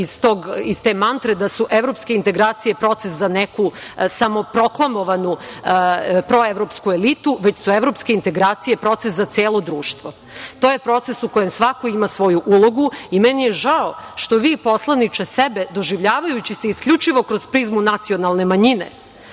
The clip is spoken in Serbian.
iz te mantre da su evropske integracije proces za neku samoproklamovanu proevropsku elitu, već su evropske integracije proces za celo društvo. To je proces u kojem svako ima svoju ulogu. Meni je žao što vi, poslaniče, doživljavajući se isključivo kroz prizmu nacionalne manjine,